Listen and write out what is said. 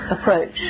approach